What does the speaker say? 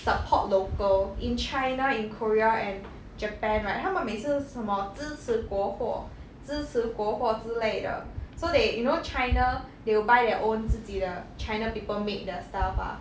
support local in china in korea and japan right 他们每次都是什么支持国货支持国货之类的 so they you know china they will buy their own 自己的 china people made 的 stuff ah